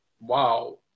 wow